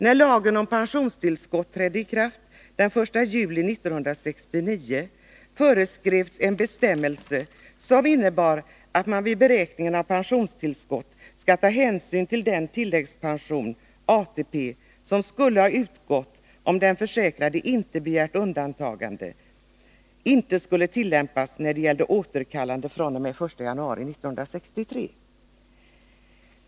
När lagen om pensionstillskott trädde i kraft den 1 juli 1969 föreskrevs att den bestämmelse som innebar att man vid beräkningen av pensionstillskott skall ta hänsyn till den tilläggspension, ATP, som skulle ha utgått om den försäkrade inte begärt undantagande, inte skulle tillämpas när det gällde återkallande fr.o.m. den 1 januari 1963.